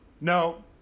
No